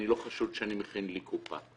אני לא חשוד שאני מכין לי קופה,